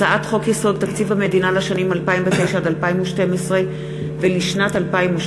הצעת חוק-יסוד: תקציב המדינה לשנים 2009 עד 2012 ולשנת 2013